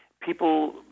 people